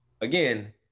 again